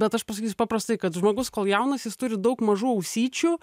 bet aš pasakysiu paprastai kad žmogus kol jaunas jis turi daug mažų ausyčių